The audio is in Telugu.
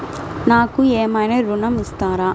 నాకు ఏమైనా ఋణం ఇస్తారా?